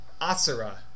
Asura